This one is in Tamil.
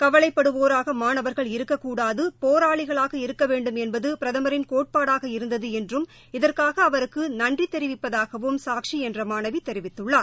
கவலை படுவோராக மாணவர்கள் இருக்கக் கூடாது பேராளிகளாக இருக்க வேண்டும் என்பது பிரதமின் கோட்பாடாக இருந்தது என்றும் இதற்காக அவருக்கு நன்றி தெரிவிப்பதாகவும் சாக்ஷி என்ற மாணவி தெரிவித்துள்ளார்